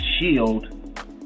shield